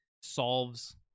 solves